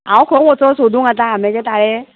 हांव खंय वचों सोदूंक आम्याचे ताळे